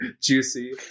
juicy